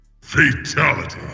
Fatality